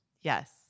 Yes